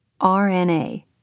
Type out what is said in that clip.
RNA